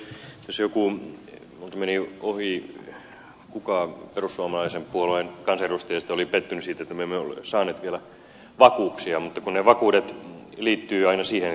tässä joku minulta meni ohi kuka perussuomalaisen puolueen kansanedustajista oli pettynyt siihen että me emme ole saaneet vielä vakuuksia mutta ne vakuudet liittyvät aina siihen jos takaa lainan